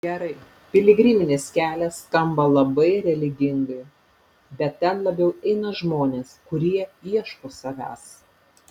gerai piligriminis kelias skamba labai religingai bet ten labiau eina žmonės kurie ieško savęs